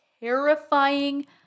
terrifying